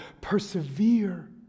Persevere